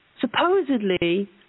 supposedly